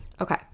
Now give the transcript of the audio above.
okay